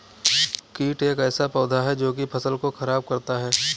कीट एक ऐसा पौधा है जो की फसल को खराब करता है